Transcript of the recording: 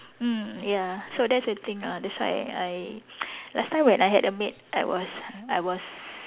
mm ya so that's the thing ah that's why I last time when I had a maid I was I was